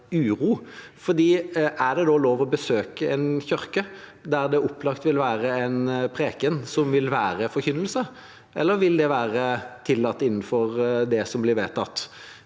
uro. Er det da lov å besøke en kirke der det opplagt vil være en preken, som vil være forkynnelse, eller vil det være tillatt med det som blir vedtatt?